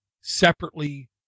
separately